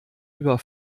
über